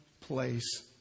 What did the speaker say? place